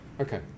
okay